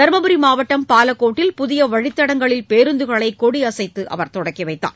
தருமபுரி மாவட்டம் பாலக்கோட்டில் புதிய வழித்தடங்களில் பேருந்துகளை கொடியசைத்து அவர் தொடங்கி வைத்தார்